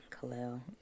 Khalil